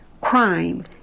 Crime